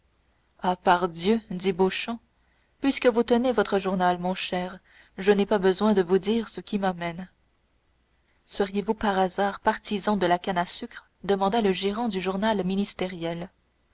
ah pardieu dit beauchamp puisque vous tenez votre journal mon cher je n'ai pas besoin de vous dire ce qui m'amène seriez-vous par hasard partisan de la canne à sucre demanda le gérant du journal ministériel